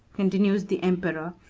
continues the emperor,